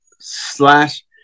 slash